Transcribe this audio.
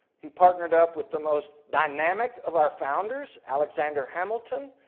he partnered up with the most dynamic of our founders alexander hamilton.